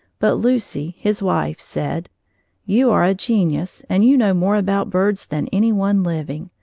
but lucy, his wife, said you are a genius, and you know more about birds than any one living.